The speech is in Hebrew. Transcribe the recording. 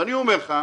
ואני אומר לך,